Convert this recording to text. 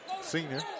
senior